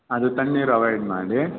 ಅದು ತಣ್ಣೀರು ಅವಾಯ್ಡ್ ಮಾಡಿ